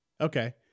Okay